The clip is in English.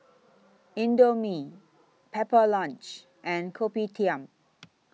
Indomie Pepper Lunch and Kopitiam